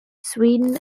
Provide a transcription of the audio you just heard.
sweden